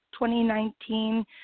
2019